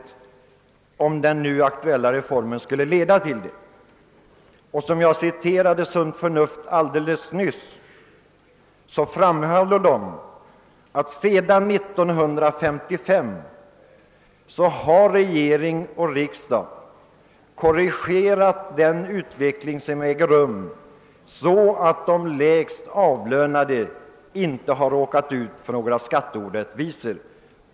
Som jag alldeles nyss citerade framhåller också Sunt Förnuft att regering och riksdag sedan år 1955 har korrigerat den utveckling som ägt rum, så att de lägst avlönade inte har råkat ut för några skatteorättvisor.